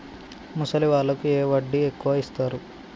ముసలి వాళ్ళకు ఏ వడ్డీ ఎక్కువ ఇస్తారు?